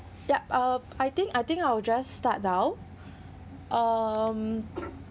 yup uh I think I think I'll just start now um